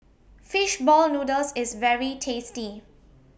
Fish Ball Noodles IS very tasty